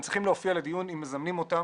צריכים להופיע לדיון אם מזמנים אותם,